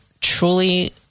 truly